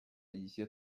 一些